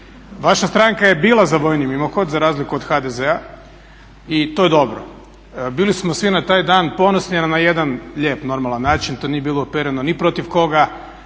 Vaša stranka je bila vojni mimohod, za razliku od HDZ-a i to je dobro. Bili smo svi na taj dan ponosni, ali na jedan lijep, normalna način. To nije bilo upereno ni protiv koga